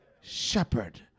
shepherd